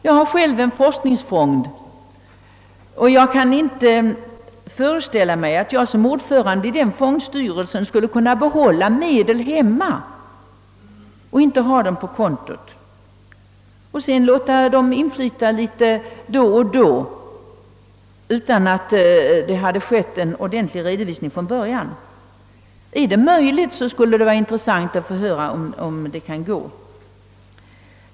Jag har själv en forskningsfond, och jag kan inte föreställa mig att jag som ordförande i den fondstyrelsen skulle kunna behålla medel hemma — alltså inte innestående på kontot — och sedan låta dem flyta in då och då utan att det från början skett en ordentlig redovisning. är det möjligt att göra på det sättet?